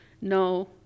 No